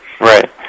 right